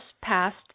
passed